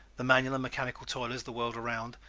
the manual and mechanical toilers the world around,